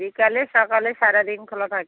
বিকালে সকালে সারা দিন খোলা থাকে